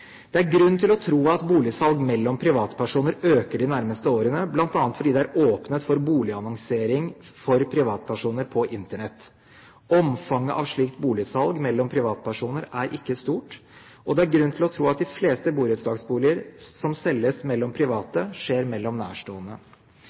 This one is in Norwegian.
Det er grunn til å tro at boligsalg mellom privatpersoner øker de nærmeste årene, bl.a. fordi det er åpnet for boligannonsering for privatpersoner på Internett. Omfanget av slikt boligsalg mellom privatpersoner er ikke stort, og det er grunn til å tro at de fleste borettslagsboliger som selges mellom